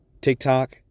TikTok